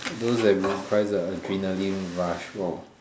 those that requires a adrenaline rush lor